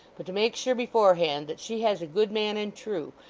but to make sure beforehand that she has a good man and true,